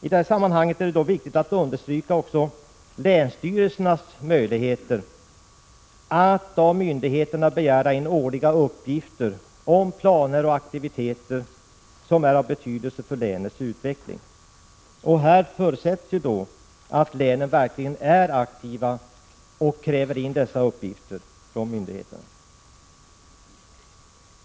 I sammanhanget är det viktigt att understryka länsstyrelsernas möjligheter att av myndigheterna begära årliga uppgifter om planer och aktiviteter som är av betydelse för länets utveckling. Det förutsätter att man är aktiv ute i länen och kräver in dessa uppgifter från myndigheterna.